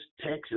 Texas